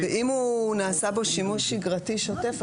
אם נעשה בו שימוש שגרתי שוטף,